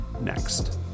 next